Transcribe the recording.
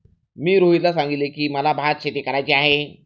मी रोहितला सांगितले की, मला भातशेती करायची आहे